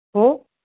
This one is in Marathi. हो